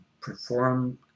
perform